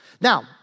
Now